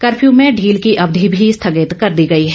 curfew में ढील की अवधि भी स्थगित कर दी गई है